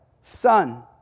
Son